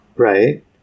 Right